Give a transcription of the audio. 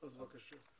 קודם כל,